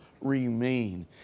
remain